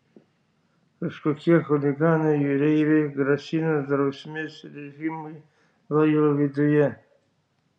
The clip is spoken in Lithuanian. kažkokie chuliganai jūreiviai grasino drausmės režimui laivo viduje